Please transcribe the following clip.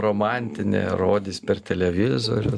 romantinė rodys per televizorių